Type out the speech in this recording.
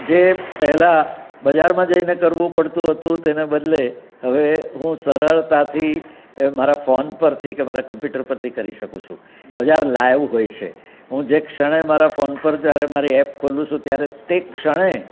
જે પહેલાં બજારમા જઈને કરવું પડતું હતું તેને બદલે હવે હું સરળતાથી મારા ફોન પરથી કે મારા કોમ્પ્યુટર પરથી કરી શકું છું બજાર લાઈવ હોય છે હું જે ક્ષણે મારા ફોન પર જયારે મારી એપ ખોલું છું ત્યારે તે ક્ષણે